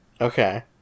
okay